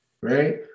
right